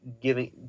giving